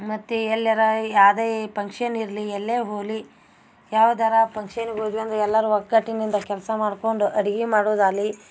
ಮತ್ತು ಎಲ್ಯರ ಯಾವುದೇ ಪಂಕ್ಷನ್ ಇರಲಿ ಎಲ್ಲೇ ಹೋಗಲಿ ಯಾವ್ದಾರ ಪಂಕ್ಷನ್ಗೆ ಓದ್ವಿ ಅಂದರೆ ಎಲ್ಲರು ಒಗ್ಗಟ್ಟಿನಿಂದ ಕೆಲಸ ಮಾಡ್ಕೊಂಡು ಅಡಿಗೆ ಮಾಡೋದಾಗಲಿ